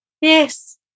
yes